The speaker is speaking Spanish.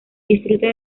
disfruta